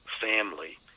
family